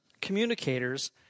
communicators